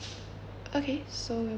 okay so